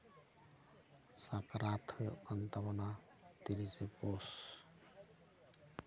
ᱥᱟᱠᱨᱟᱛ ᱦᱳᱭᱳᱜ ᱠᱟᱱ ᱛᱟᱵᱳᱱᱟ ᱛᱤᱨᱤᱥᱮ ᱯᱳᱥ